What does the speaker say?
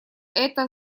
это